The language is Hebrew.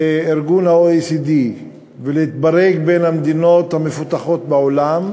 ל-OECD ולהתברג בין המדינות המפותחות בעולם,